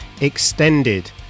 Extended